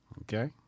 Okay